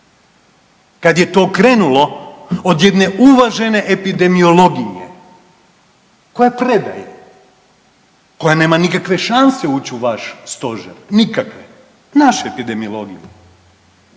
kad je to krenulo od jedne uvažene epidemiologinje koja predaje, koja nema nikakve šanse ući u vaš stožer nikakve, naše epidemiologinje,